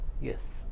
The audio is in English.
yes